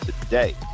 today